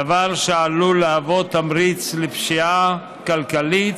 דבר שעלול להוות תמריץ לפשיעה כלכלית